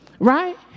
Right